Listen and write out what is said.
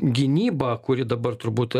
gynyba kuri dabar turbūt